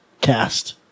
cast